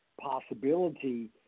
possibility